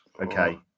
Okay